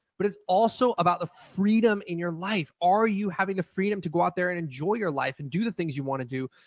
but it's also about the freedom in your life. are you having the freedom to go out there and enjoy your life and do the things you want to do?